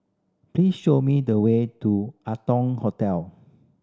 please show me the way to Arton Hotel